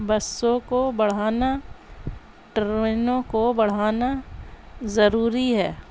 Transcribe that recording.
بسوں کو بڑھانا ٹرینوں کو بڑھانا ضروری ہے